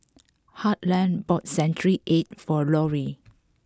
Harland bought Century Egg for Lori